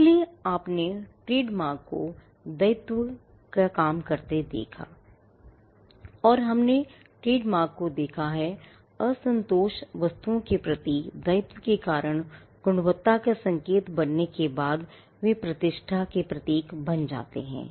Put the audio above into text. इसलिए आपने ट्रेडमार्क को दायित्व से काम करते है और हमने ट्रेडमार्क को देखा है असंतोषजनक वस्तुओं के प्रति दायित्व के कारण गुणवत्ता के संकेत बनने के बाद प्रतिष्ठा के प्रतीक बन जाते हैं